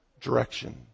direction